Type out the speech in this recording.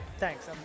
Thanks